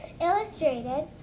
Illustrated